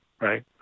right